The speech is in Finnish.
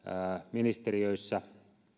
ministeriöissä